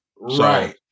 right